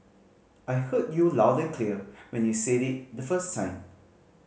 I heard you loud and clear when you said it the first time